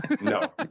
No